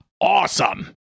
awesome